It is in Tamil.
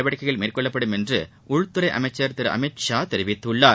நடவடிக்கைகள் மேற்கொள்ளப்படும் என்று உள்துறை அமைச்சர் திரு அமித் ஷா தெரிவித்துள்ளார்